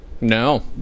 No